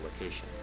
location